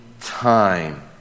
time